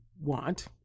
want